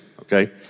okay